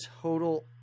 total –